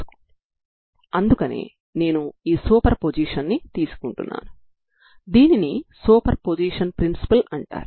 కాబట్టి ఇది అన్ని నియమాలను సంతృప్తి పరిచే సాధారణ పరిష్కారం అవుతుంది